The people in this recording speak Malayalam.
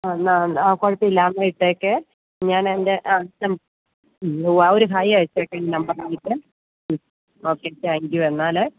ആ എന്നാൽ ആ കുഴപ്പമില്ല എന്നാൽ ഇട്ടേക്കെ ഞാൻ എൻ്റെ ആ ആ ഒരു ഹായ് അയച്ചേക്ക് എൻ്റെ നമ്പരിലേക്ക് ഓക്കെ താങ്ക് യൂ എന്നാൽ